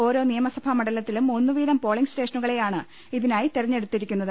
ഓരോ നിയമസഭാ മണ്ഡലത്തിലും ഒന്നു വീതം പോളിംഗ് സ്റ്റേഷനുകളെയാണ് ഇതി നായി തെരഞ്ഞെടുത്തിരിക്കുന്നത്